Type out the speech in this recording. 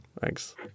Thanks